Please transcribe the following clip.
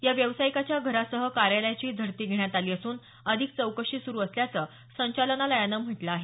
या व्यावसायिकाच्या घरासह कार्यालयाचीही झडती घेण्यात आली असून अधिक चौकशी सुरू असल्याचं संचालनालयानं म्हटलं आहे